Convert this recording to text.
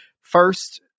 first